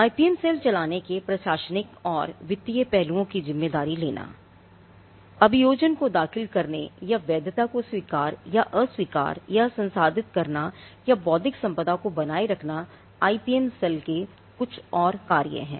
IPM cell चलाने के प्रशासनिक और वित्तीय पहलुओं की जिम्मेदारी लेना अभियोजन को दाखिल करने या वैधता को स्वीकार या अस्वीकार या संसाधित करना और बौद्धिक संपदा को बनाए रखना आईपीएम सेल के कुछ और कार्य हैं